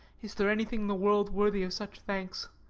is there anything in the world worthy of such thanks?